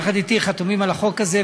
יחד אתי, חתום על החוק הזה.